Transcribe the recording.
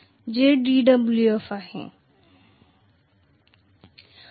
हे मला जे dwf देणार आहे